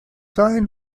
signed